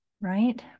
right